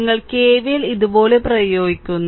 നിങ്ങൾ KVL ഇതുപോലെ പ്രയോഗിക്കുന്നു